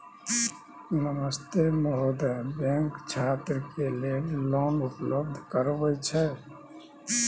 नमस्ते महोदय, बैंक छात्र के लेल लोन उपलब्ध करबे छै?